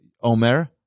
Omer